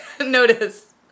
notice